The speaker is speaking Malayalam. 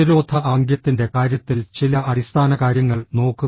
പ്രതിരോധ ആംഗ്യത്തിൻറെ കാര്യത്തിൽ ചില അടിസ്ഥാനകാര്യങ്ങൾ നോക്കുക